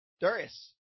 Darius